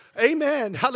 Amen